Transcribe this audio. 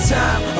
time